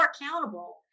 accountable